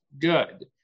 good